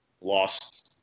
Loss